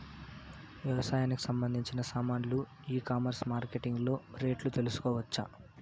వ్యవసాయానికి సంబంధించిన సామాన్లు ఈ కామర్స్ మార్కెటింగ్ లో రేట్లు తెలుసుకోవచ్చా?